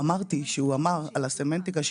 דיבר על הסמנטיקה,